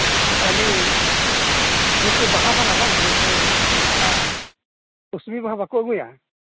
ᱟᱹᱞᱤᱧ ᱱᱩᱠᱩ ᱵᱟᱦᱟ ᱵᱟᱞᱟ ᱵᱟᱝ ᱱᱩᱠᱩ ᱚᱱᱟ ᱠᱩᱥᱵᱤ ᱵᱟᱦᱟ ᱵᱟᱠᱚ ᱟᱹᱜᱩᱭᱟ